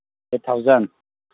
eight thousand